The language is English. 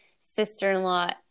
sister-in-law